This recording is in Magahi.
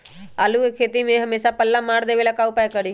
आलू के खेती में हमेसा पल्ला मार देवे ला का उपाय करी?